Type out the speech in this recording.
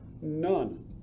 none